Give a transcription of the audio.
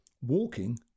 Walking